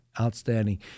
outstanding